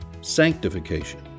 sanctification